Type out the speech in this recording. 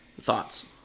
Thoughts